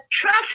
trust